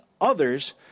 others